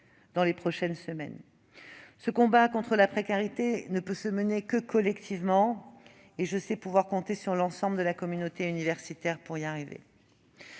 dans les prochains jours. Car ce combat contre la précarité ne peut se mener que collectivement, et je sais pouvoir compter sur l'ensemble de la communauté universitaire pour y parvenir.